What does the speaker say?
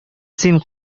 син